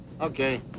Okay